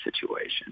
situation